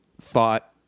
thought